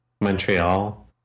Montreal